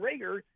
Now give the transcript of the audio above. Rager